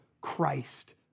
Christ